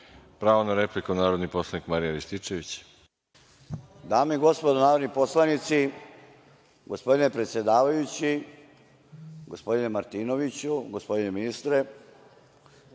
Pravo na repliku narodni poslanik Marijan Rističević. **Marijan Rističević** Dame i gospodo narodni poslanici, gospodine predsedavajući, gospodine Martinoviću, gospodine ministre,